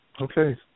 Okay